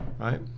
right